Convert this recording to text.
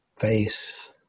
face